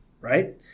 right